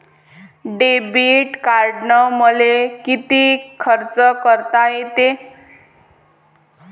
Debit कार्डानं मले किती खर्च करता येते?